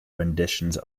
renditions